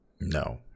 No